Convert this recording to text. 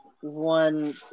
one